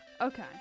Okay